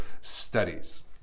studies